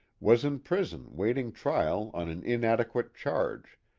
was in prison waiting trial on an inadequate charge,